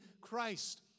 Christ